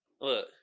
Look